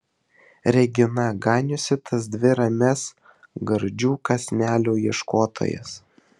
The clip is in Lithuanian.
regina ganiusi tas dvi ramias gardžių kąsnelių ieškotojas